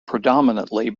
predominately